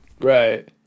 Right